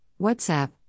WhatsApp